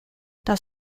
das